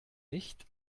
nicht